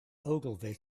ogilvy